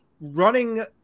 running